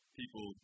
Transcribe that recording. people